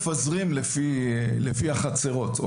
מפזרים לפי החצרות.